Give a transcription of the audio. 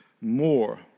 more